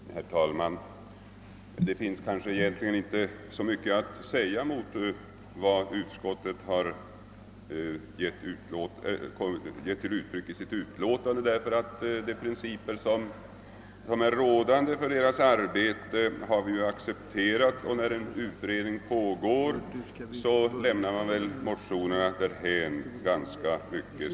Herr talman! Det finns kanske egentligen inte så mycket att säga mot den uppfattning som utskottet ger uttryck för i sitt utlåtande, ty de principer som gäller för utskottens arbete har vi accepterat: när en utredning pågår i ett ärende, så brukar oftast motioner i samma ärende avstyrkas.